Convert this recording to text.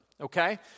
okay